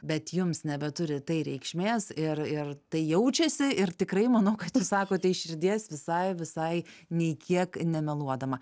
bet jums nebeturi tai reikšmės ir ir tai jaučiasi ir tikrai manau kad jūs sakote iš širdies visai visai nei kiek nemeluodama